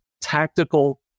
tactical